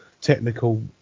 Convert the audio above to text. technical